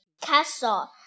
castle